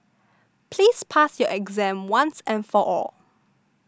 please pass your exam once and for all